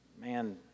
Man